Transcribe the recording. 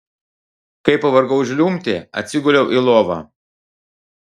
kai pavargau žliumbti atsiguliau į lovą